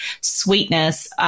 sweetness